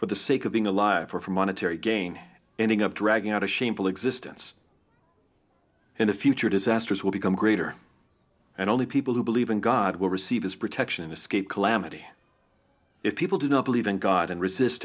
for the sake of being alive for monetary gain ending up dragging out a shameful existence in the future disasters will become greater and only people who believe in god will receive his protection escape calamity if people do not believe in god and resist